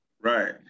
Right